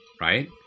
right